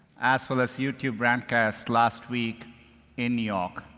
as well as youtube brandcast last week in new york.